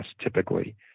typically